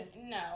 No